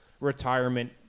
retirement